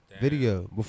video